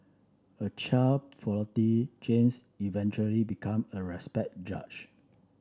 a child prodigy James eventually become a respect judge